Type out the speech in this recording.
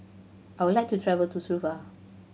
I would like to travel to Suva